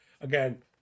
Again